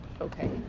okay